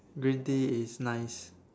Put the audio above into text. green Tea is nice